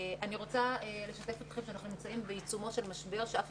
אני רוצה לשתף אתכם ולומר שאנחנו נמצאים בעיצומו של משבר שאף